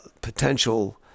potential